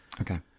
Okay